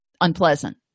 unpleasant